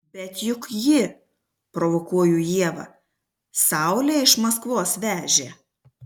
bet juk ji provokuoju ievą saulę iš maskvos vežė